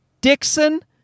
Dixon